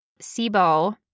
SIBO